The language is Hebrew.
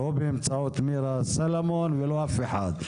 לא באמצעות מירה סלומון ולא אף אחד.